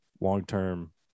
long-term